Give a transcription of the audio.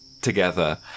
Together